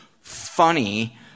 funny